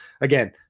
again